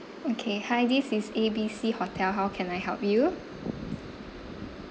okay hi this is A B C hotel how can I help you